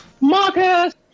Marcus